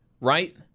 right